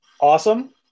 awesome